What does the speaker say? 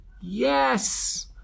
Yes